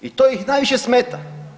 I to ih najviše smeta.